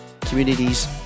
communities